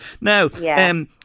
Now